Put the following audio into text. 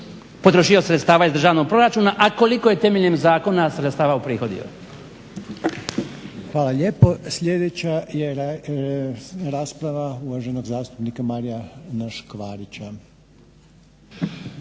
potrošio sredstava iz državnog proračuna, a koliko je temeljem zakona sredstava uprihodio. **Reiner, Željko (HDZ)** Hvala lijepo. Sljedeća je rasprava uvaženog zastupnika Marijana Škvarića.